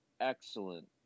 excellent